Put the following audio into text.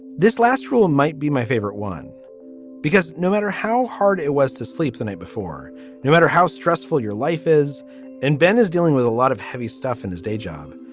this last rule might be my favorite one because no matter how hard it was to sleep the night before no matter how stressful your life is and ben is dealing with a lot of heavy stuff in his day job,